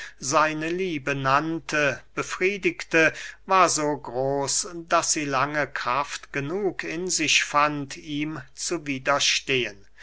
seine liebe nannte befriedigte war so groß daß sie lange kraft genug in sich fand ihm zu widerstehen